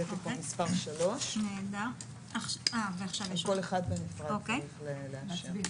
זה תיקון מס' 3. את כל אחד מהם צריך לאשר בנפרד.